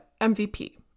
MVP